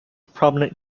prominent